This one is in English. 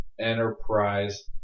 Enterprise